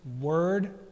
word